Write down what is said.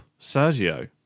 Sergio